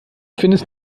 findest